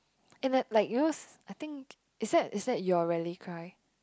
and like like you know I think is that is that your rally cry